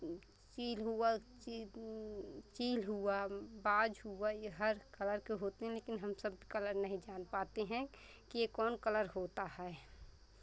चील हुआ ची चील हुआ बाज हुआ ये हर कलर के होते हैं लेकिन हम सब कलर नहीं जान पाते हैं कि ये कौन कलर होता है